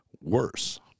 worse